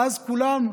ואז כולם,